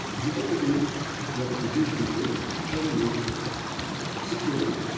the end is that the jewish people can live securely,